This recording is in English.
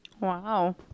Wow